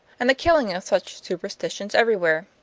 and the killing of such superstitions everywhere.